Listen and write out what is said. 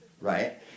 right